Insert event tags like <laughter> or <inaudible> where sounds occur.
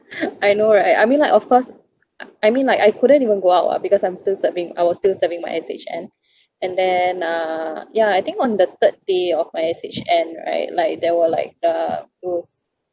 <laughs> I know right I mean like of course I mean like I couldn't even go out ah because I'm still serving I was still serving my S_H_N and then uh ya I think on the third day of my S_H_N right like there were like uh those